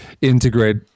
integrate